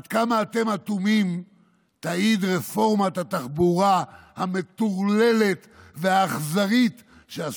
עד כמה אתם אטומים תעיד רפורמת התחבורה המטורללת והאכזרית שעשיתם.